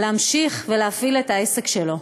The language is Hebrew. יוכל להמשיך ולהפעיל את העסק שלו.